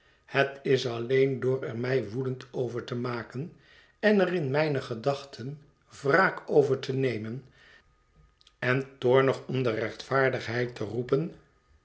het is alleen door er mij woedend over te maken en er in mijne gedachten wraak over te nemen en toornig om de rechtvaardigheid te roepen